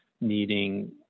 needing